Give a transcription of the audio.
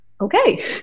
okay